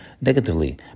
negatively